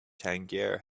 tangier